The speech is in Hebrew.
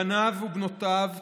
בניו ובנותיו,